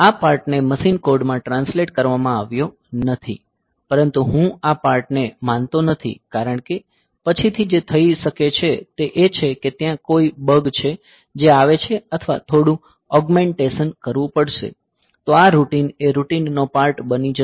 આ પાર્ટને મશીન કોડમાં ટ્રાન્સલેટે કરવામાં આવ્યો નથી પરંતુ હું આ પાર્ટ ને માનતો નથી કારણ કે પછીથી જે થઈ શકે છે તે એ છે કે ત્યાં કોઈ બગ છે જે આવે છે અથવા થોડું ઓગમેંટેશન કરવું પડશે તો આ રૂટિન એ રૂટિનનો પાર્ટ બની જશે